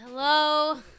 Hello